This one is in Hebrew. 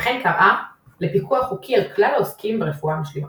וכן קראה "לפיקוח חוקי על כלל העוסקים ברפואה משלימה.